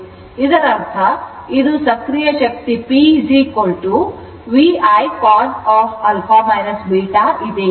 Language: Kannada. ಇದರರ್ಥ ಇದು ಸಕ್ರಿಯ ಶಕ್ತಿ P VI cosα β ಇದೆ